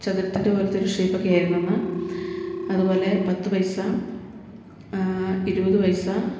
ചതുരത്തിൻ്റെ പോലത്തൊരു ഷേപ്പൊക്കെ ആയിരുന്നന്ന് അതു പോലെ പത്ത് പൈസ ഇരുപത് പൈസ